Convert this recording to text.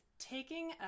taking